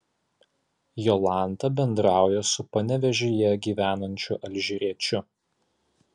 jolanta bendrauja su panevėžyje gyvenančiu alžyriečiu